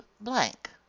blank